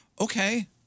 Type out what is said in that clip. Okay